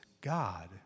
God